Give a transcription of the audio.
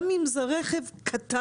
גם אם זה רכב קטן,